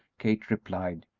kate replied,